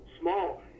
small